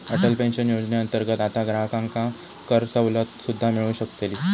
Atal pension योजनेअंतर्गत आता ग्राहकांका करसवलत सुद्दा मिळू शकतली